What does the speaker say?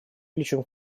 плечом